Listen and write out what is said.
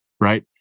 right